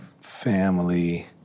family